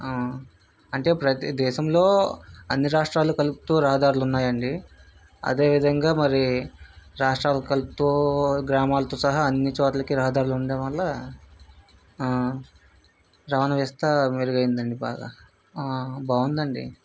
ఆ అంటే ప్రతి దేశంలో అన్ని రాష్ట్రాలు కలుపుతూ రహదారులు ఉన్నాయండి అదేవిధంగా మరీ రాష్ట్రాలు కలుపు గ్రామాలతో సహా అన్ని చోట్లకి రహదారులు ఉండటం వాళ్ళ ఆ రవాణా వ్యవస్థ మెరుగైందండి బాగా ఆ బాగుందండి